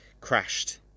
crashed